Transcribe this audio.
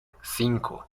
cinco